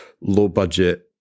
low-budget